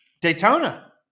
Daytona